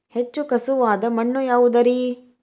ಹೆಚ್ಚು ಖಸುವಾದ ಮಣ್ಣು ಯಾವುದು ರಿ?